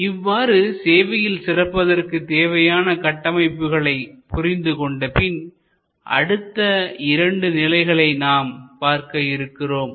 இவ்வாறு சேவையில் சிறப்பதற்கு தேவையான கட்டமைப்புகளை புரிந்து கொண்டபின்அடுத்த இரண்டு நிலைகளை நாம் பார்க்க இருக்கிறோம்